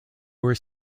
were